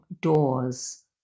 doors